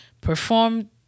perform